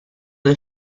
del